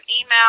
email